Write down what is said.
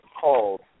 called